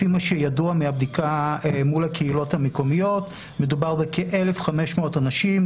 לפי מה שידוע מהבדיקה מול הקהילות המקומיות מדובר בכ-1,500 אנשים,